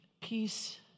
peace